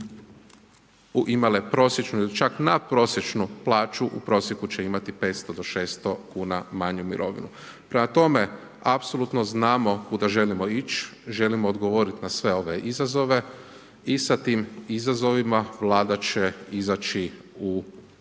su imale prosječnu ili čak nadprosječnu plaću u prosjeku će imati 500-600 kn manju mirovinu. Prema tome, apsolutno znamo kuda želimo ići, želimo odgovoriti na sve ove izazove i sa svim ovim izazovima, Vlada će izaći u 9. mj.